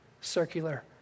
circular